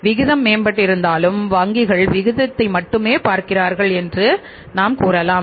விகிதம் மேம்பட்டிருந்தாலும் வங்கிகள் விகிதத்தை மட்டுமே பார்க்கிறார்கள் என்று நாம் கூறலாம்